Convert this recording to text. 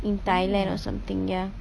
in thailand or something ya